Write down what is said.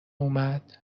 اومد